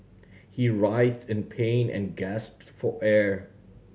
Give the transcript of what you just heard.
he writhed in pain and gasped for air